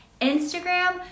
Instagram